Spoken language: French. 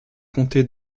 comté